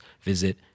visit